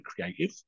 creative